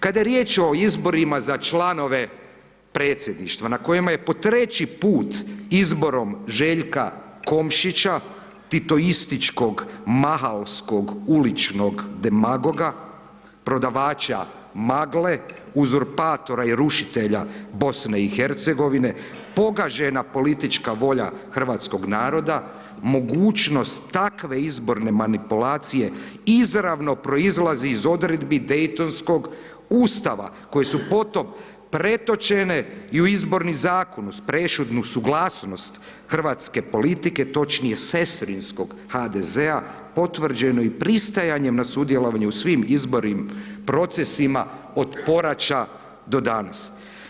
Kada je riječ o izborima za članove Predsjedništva na kojima je po treći put izborom Željka Komšića, titoističkog mahalskog uličnog demagoga, prodavača magle, uzurpatora i rušitelja BiH-a, pogažena politička volja hrvatskog naroda, mogućnost takve izborne manipulacije izravno proizlazi iz odredbe Daytonskog Ustava kojim su potom pretočene i u Izborni zakon uz prešutnu suglasnost hrvatske politike, točnije sestrinskog HDZ-a, potvrđeno i pristajanje na sudjelovanje u svim izbornim procesima od poraća do danas.